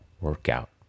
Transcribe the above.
workout